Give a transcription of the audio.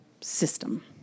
system